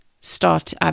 start